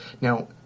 Now